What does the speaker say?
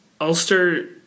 Ulster